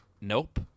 Nope